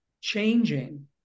changing